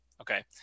Okay